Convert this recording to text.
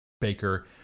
Baker